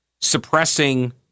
suppressing